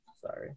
Sorry